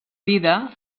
vida